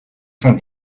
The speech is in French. cent